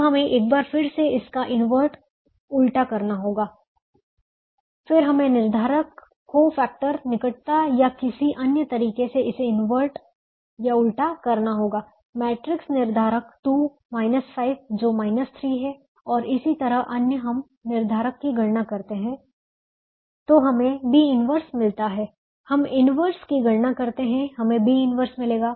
अब हमें एक बार फिर से इसका इनवर्ट उल्टा करना होगा फिर हमें निर्धारक कोफैक्टर निकटता या किसी अन्य तरीके से इसे इनवर्ट उल्टा करना होगा मैट्रिक्स निर्धारक 2 5 जो 3 है और इसी तरह अन्य हम निर्धारक की गणना करते हैं तो हमें B 1 मिलता है हम इनवर्स की गणना करते हैं हमें B 1 मिलेगा